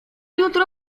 jutro